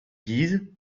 guises